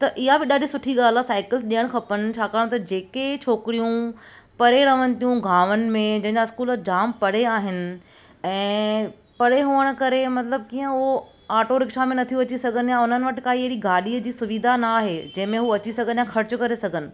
त इहा बि ॾाढी सुठी ॻाल्हि आहे साइकिल्स ॾियणु खपनि छाकाणि त जेके छोकिरियूं परे रहनि थियूं गांवनि में जंहिंजा स्कूल जाम परे आहिनि ऐं परे हुअण करे मतिलबु कीअं उहो आटोरिक्शा में नथी अची सघनि या उन्हनि वटि काई अहिड़ी गाॾीअ जी सुविधा न आहे जंहिंमें उहो अची सघनि या ख़र्चु करे सघनि